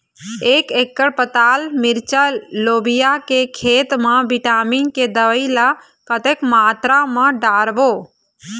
एक एकड़ पताल मिरचा लोबिया के खेत मा विटामिन के दवई ला कतक मात्रा म डारबो?